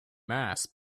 mass